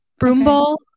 broomball